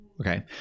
okay